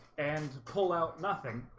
and pull out nothing